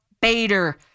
Bader